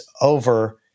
over